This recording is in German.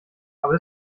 aber